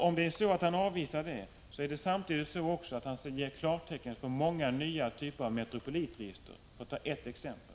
Om justitieministern avvisar det ger han också samtidigt klartecken för många nya typer av Metropolitregister, för att ta bara ett exempel.